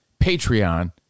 Patreon